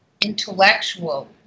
intellectual